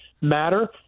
matter